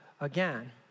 again